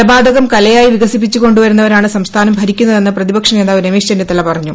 കൊലപാതകം കലയായി വികസിപ്പിച്ചുകൊണ്ടുവരുന്നവരാണ് സംസ്ഥാനം ഭരിക്കുന്നതെന്ന് പ്രതിപക്ഷ നേതാവ് രമേശ് ചെന്നിത്തല പറഞ്ഞു